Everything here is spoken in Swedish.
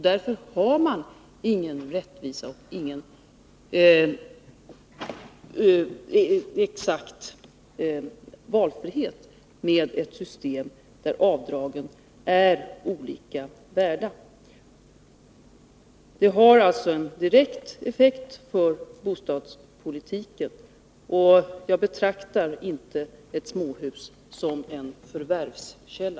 Därför har människor ingen verklig valfrihet i ett system där avdragen är olika värda. Det har alltså en direkt effekt för bostadspolitiken, och jag betraktar inte ett småhus som en förvärvskälla.